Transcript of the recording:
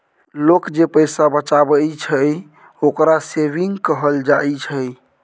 लोक जे पैसा बचाबइ छइ, ओकरा सेविंग कहल जाइ छइ